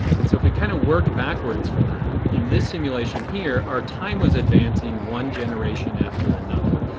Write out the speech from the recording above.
and so if we kind of work backwards for that, in this simulation here our time was advancing one generation after another.